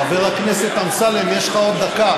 חבר הכנסת אמסלם, יש לך עוד דקה.